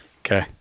Okay